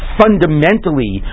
fundamentally